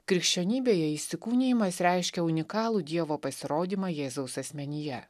krikščionybėje įsikūnijimas reiškia unikalų dievo pasirodymą jėzaus asmenyje